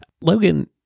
Logan